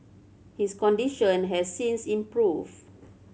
his condition has since improved